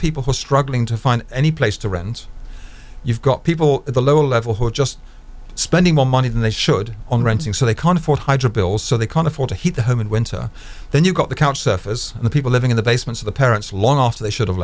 people who are struggling to find any place to rennes you've got people at the low level who are just spending more money than they should on renting so they can't afford hydro bills so they can't afford to heat the home in winter then you've got to count surface the people living in the basements of the parents long off they should